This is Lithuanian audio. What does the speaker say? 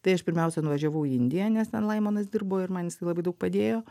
tai aš pirmiausia nuvažiavau į indiją nes ten laimonas dirbo ir man jisai labai daug padėjo